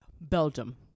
Belgium